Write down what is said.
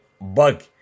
bug